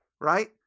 Right